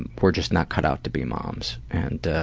and we're just not cut out to be moms. and